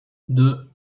deux